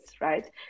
right